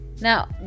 Now